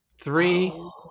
Three